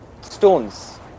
Stones